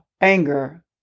anger